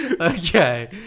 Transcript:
Okay